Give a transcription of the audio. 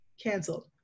canceled